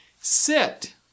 Sit